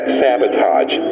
sabotage